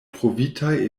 trovitaj